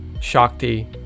shakti